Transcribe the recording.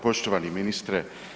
Poštovani ministre.